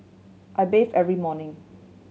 I bathe every morning